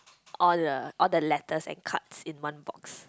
all the all the letters and cards in one box